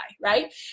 right